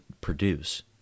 produce